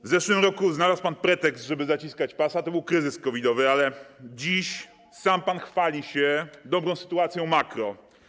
W zeszłym roku znalazł pan pretekst, żeby zaciskać pasa, to był kryzys COVID-owy, ale dziś sam pan chwali się dobrą sytuacją makro.